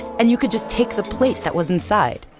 and you could just take the plate that was inside.